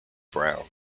brown